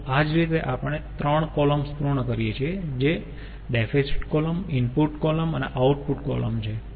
તો આ જ રીતે આપણે 3 કૉલમ્સ પૂર્ણ કરીએ છીએ જે ડેફિસિટ કોલમ ઈનપુટ કોલમ અને આઉટપુટ કોલમ છે